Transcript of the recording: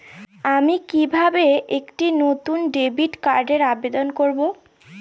আমি কিভাবে একটি নতুন ডেবিট কার্ডের জন্য আবেদন করব?